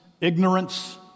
ignorance